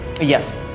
Yes